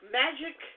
magic